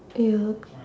ya